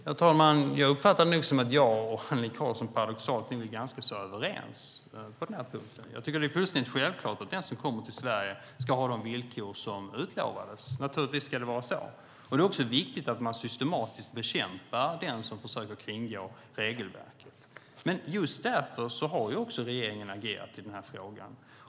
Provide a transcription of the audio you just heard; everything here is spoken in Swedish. Herr talman! Jag uppfattar det nog som att jag och Annelie Karlsson paradoxalt nog är ganska överens på den här punkten. Jag tycker att det är fullständigt självklart att den som kommer till Sverige ska ha de villkor som utlovades. Naturligtvis ska det vara så. Det är också viktigt att man systematiskt bekämpar den som försöker kringgå regelverket. Men just därför har regeringen agerat i den här frågan.